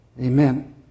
Amen